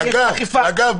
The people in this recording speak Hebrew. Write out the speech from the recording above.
אגב,